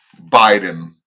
Biden